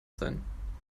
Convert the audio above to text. sein